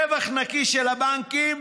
רווח נקי של הבנקים,